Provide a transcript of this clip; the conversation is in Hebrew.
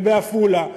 ובעפולה,